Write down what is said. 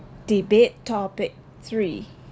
debate topic three